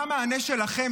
מה המענה שלכם,